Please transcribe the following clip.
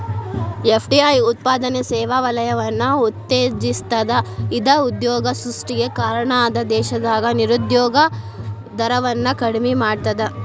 FDI ಉತ್ಪಾದನೆ ಸೇವಾ ವಲಯವನ್ನ ಉತ್ತೇಜಿಸ್ತದ ಇದ ಉದ್ಯೋಗ ಸೃಷ್ಟಿಗೆ ಕಾರಣ ಅದ ದೇಶದಾಗ ನಿರುದ್ಯೋಗ ದರವನ್ನ ಕಡಿಮಿ ಮಾಡ್ತದ